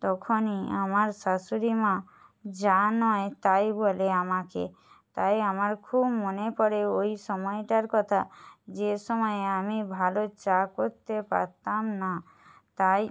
তখনই আমার শাশুড়ি মা যা নয় তাই বলে আমাকে তাই আমার খুব মনে করে ওই সময়টার কথা যে সময়ে আমি ভালো চা করতে পারতাম না তাই